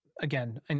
again